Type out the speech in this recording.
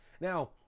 Now